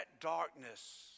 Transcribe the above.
Darkness